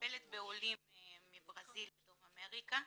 בעולים מברזיל ודרום אמריקה.